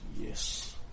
Yes